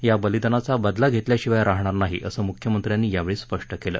या बलिदानाचा बदला घेतल्याशिवाय राहणार नाही असं मुख्यमंत्र्यांनी यावेळी स्पष्ट केलं